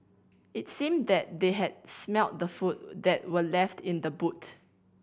it seemed that they had smelt the food that were left in the boot